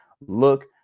look